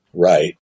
right